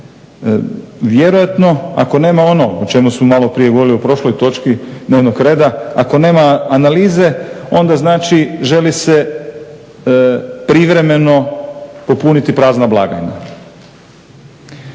Vjerojatno ako nema ono o čemu smo malo prije govorili u prošloj točki dnevnog reda, ako nema analize onda znači želi se privremeno popuniti prazna blagajna.